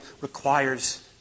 requires